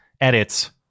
edits